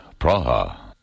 Praha